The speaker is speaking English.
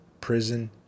prison